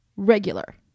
regular